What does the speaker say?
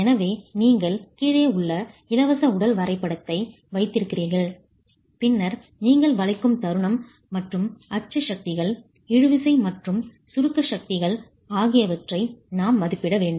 எனவே நீங்கள் கீழே உள்ள இலவச உடல் வரைபடத்தை வைத்திருக்கிறீர்கள் பின்னர் நீங்கள் வளைக்கும் தருணம் மற்றும் அச்சு சக்திகள் இழுவிசை மற்றும் சுருக்க சக்திகள் ஆகியவற்றை நாம் மதிப்பிட வேண்டும்